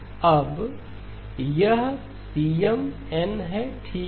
x1nxnCMn अब X1n−∞X1nZ nn−∞X0nZ n यह है CMnठीक है